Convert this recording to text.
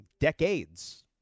decades